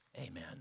Amen